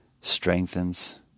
strengthens